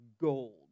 gold